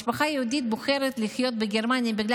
משפחה יהודית בוחרת לחיות בגרמניה בגלל